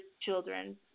children